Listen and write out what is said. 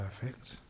perfect